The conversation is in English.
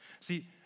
See